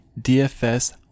DFS